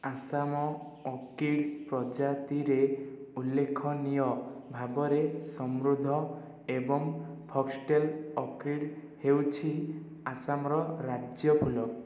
Assam orchid ପ୍ରଜାତିରେ ଉଲ୍ଲେଖନୀୟ ଭାବରେ ସମୃଦ୍ଧ ଏବଂ ଫକ୍ସଟେଲ୍ ଅର୍କିଡ୍ ହେଉଛି ଆସାମର ରାଜ୍ୟ ଫୁଲ